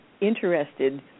interested